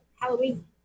Halloween